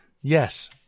Yes